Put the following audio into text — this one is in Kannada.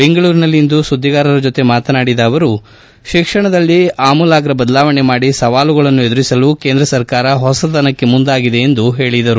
ಬೆಂಗಳೂರಿನಲ್ಲಿ ಇಂದು ಸುದ್ದಿಗಾರರ ಜೊತೆ ಮಾತನಾಡಿದ ಅವರು ಶಿಕ್ಷಣದಲ್ಲಿ ಅಮೂಲಾಗ್ರ ಬದಲಾವಣೆ ಮಾಡಿ ಸವಾಲುಗಳನ್ನು ಎದುರಿಸಲು ಕೇಂದ್ರ ಸರ್ಕಾರ ಹೊಸತನಕ್ಕೆ ಮುಂದಾಗಿದೆ ಎಂದು ಹೇಳಿದರು